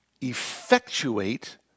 effectuate